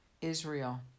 Israel